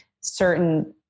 certain